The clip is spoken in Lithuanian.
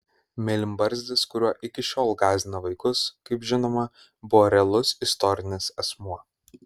mėlynbarzdis kuriuo iki šiol gąsdina vaikus kaip žinoma buvo realus istorinis asmuo